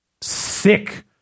sick